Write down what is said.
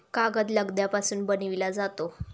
कागद लगद्यापासून बनविला जातो